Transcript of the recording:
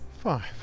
Five